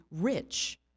rich